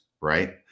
right